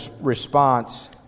response